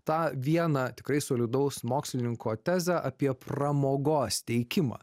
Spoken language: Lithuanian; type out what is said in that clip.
tą vieną tikrai solidaus mokslininko tezę apie pramogos teikimą